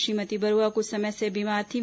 श्रीमती बरूआ कुछ समय से बीमार थीं